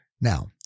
Now